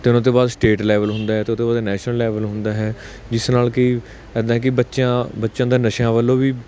ਅਤੇ ਉਹਨਾਂ ਤੋਂ ਬਾਅਦ ਸਟੇਟ ਲੈਵਲ ਹੁੰਦਾ ਅਤੇ ਉਹਦੇ ਨੈਸ਼ਨਲ ਲੈਵਲ ਹੁੰਦਾ ਹੈ ਜਿਸ ਨਾਲ ਕਿ ਇੱਦਾਂ ਕਿ ਬੱਚਿਆਂ ਬੱਚਿਆਂ ਦਾ ਨਸ਼ਿਆਂ ਵੱਲੋਂ ਵੀ